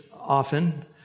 often